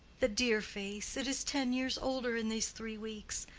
the dear face it is ten years older in these three weeks.